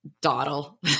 dawdle